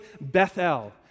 Bethel